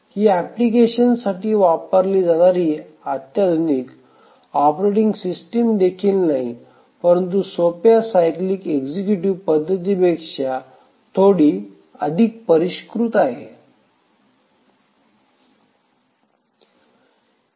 ही अप्लिकेशन्ससाठी वापरली जाणारी अत्याधुनिक ऑपरेटिंग सिस्टम देखील नाही परंतु सोप्या सायकलिक एक्झिक्यूटिव्हपद्धतीपेक्षा थोडी अधिक परिष्कृत आहेत